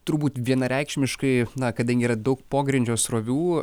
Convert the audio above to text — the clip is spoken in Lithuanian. turbūt vienareikšmiškai na kadangi yra daug pogrindžio srovių